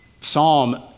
psalm